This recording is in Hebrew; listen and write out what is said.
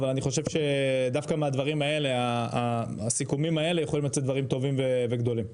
אני חושב שדווקא מהסיכומים האלה יכולים לצאת דברים טובים וגדולים.